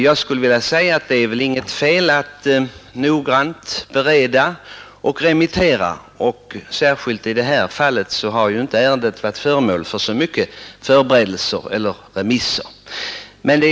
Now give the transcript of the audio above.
Jag skulle vilja säga att det väl inte är något fel att noggrant bereda och remittera ärenden, och särskilt i det här fallet har ju inte ärendet varit föremål för särskilt mycket förberedelse eller remissförfarande.